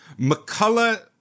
McCullough